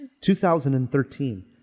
2013